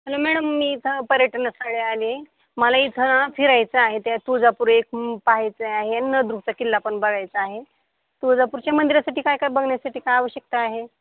hello madam मी इथं पर्यटन स्थळी आली मला इथं फिरायचं आहे त्या तुळजापुर एक पहायचं आहे नळदुर्गचा किल्लाण बघायचा आहे तुळजापूरच्या मंदिरासाठी काय काय बघण्यासाठी काय आवश्यकता आहे